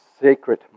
sacred